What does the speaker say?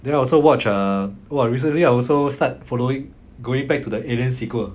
then I also watch ah !wah! recently I also start following going back to the alien sequel